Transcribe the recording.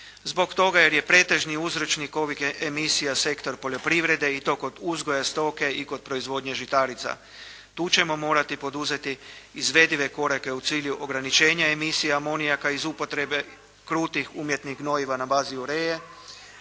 zbog toga jer je pretežni uzročnik ovih emisija sektor poljoprivrede i to kod uzgoja stoke i kod proizvodnje žitarica. Tu ćemo morati poduzeti izvedive korake u cilju ograničenja emisije amonijaka iz upotrebe krutih, umjetnih gnojiva na bazi ureje